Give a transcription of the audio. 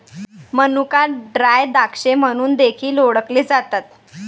मनुका ड्राय द्राक्षे म्हणून देखील ओळखले जातात